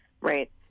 right